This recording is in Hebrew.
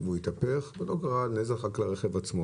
שהתהפך וקרה נזק רק לרכב עצמו,